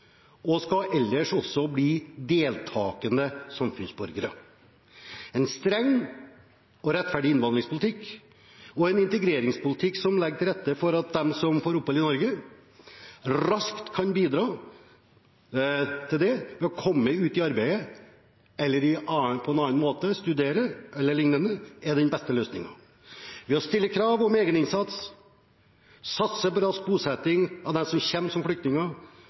og de skal ellers også bli deltakende samfunnsborgere. En streng og rettferdig innvandringspolitikk og en integreringspolitikk som legger til rette for at de som får opphold i Norge raskt kan bidra ved å komme ut i arbeid, studere e.l., er den beste løsningen. Ved å stille krav om egeninnsats, satse på rask bosetting av dem som kommer som flyktninger,